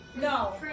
No